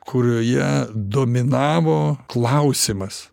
kurioje dominavo klausimas